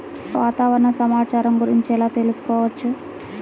వాతావరణ సమాచారము గురించి ఎలా తెలుకుసుకోవచ్చు?